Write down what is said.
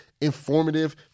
informative